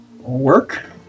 work